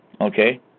Okay